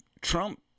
Trump